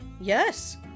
Yes